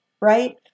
Right